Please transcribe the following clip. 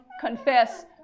confess